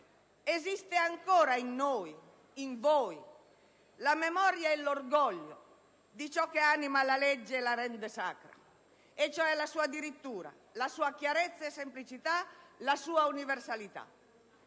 esiste ancora in noi, in voi, la memoria e l'orgoglio di ciò che anima la legge e la rende sacra, e cioè la sua dirittura, la sua chiarezza e semplicità, la sua universalità,